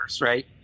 right